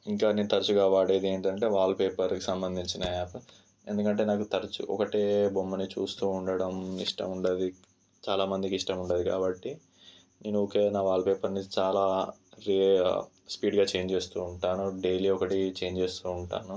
ఇంకా నేను తరచుగా వాడేదేంటంటే వాల్ పేపర్కి సంబంధించిన యాప్ ఎందుకంటే నాకు తరచూ ఒకటే బొమ్మని చూస్తూ ఉండడం ఇష్టముండదు చాలా మందికి ఇష్టముండదు కాబట్టి నేను ఊరికే నా వాల్ పేపర్ని చాలా స్పీడ్గా చేంజ్ చేస్తూ ఉంటాను డెయిలీ ఒకటి చేంజ్ చేస్తూ ఉంటాను